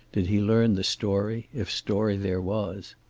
did he learn the story, if story there was.